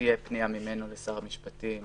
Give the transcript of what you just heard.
תהיה פנייה ממנו לשר המשפטים